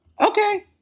Okay